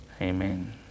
Amen